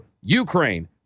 Ukraine